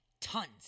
Tons